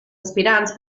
aspirants